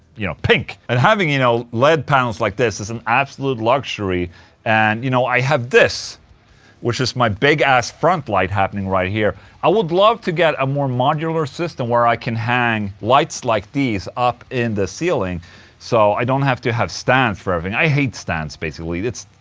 you know. pink and having you know led panels like this is an absolute luxury and you know, i have this which is my big ass front light happening right here i would love to get a more modular system where i can hang lights like these up in the ceiling so i don't have to have stands for everything. i hate stands basically, it's.